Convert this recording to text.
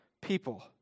people